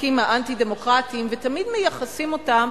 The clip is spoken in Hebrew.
החוקים האנטי-דמוקרטיים, ותמיד מייחסים אותם